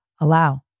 allow